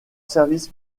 service